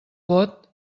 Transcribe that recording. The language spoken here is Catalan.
pot